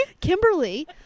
Kimberly